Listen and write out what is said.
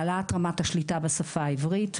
העלאת רשמת השליטה בשפה העברית,